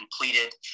completed